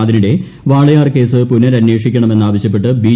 അതിനിടെ വാളയാർ കേസ് പുനരന്വേഷിക്കണം എന്നാവശൃപ്പെട്ട് ബി